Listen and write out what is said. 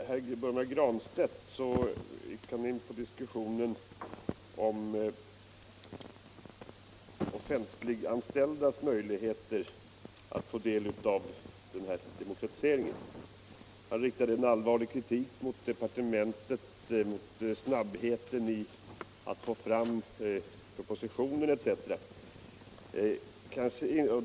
Herr talman! Herr Granstedt kom in på diskussionen om de offentliganställdas möjligheter att få del av den här demokratiseringen. Han riktade allvarlig kritik mot departementet, mot den bristande snabbheten när det gällde att få fram propositionen etc.